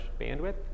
bandwidth